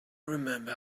remember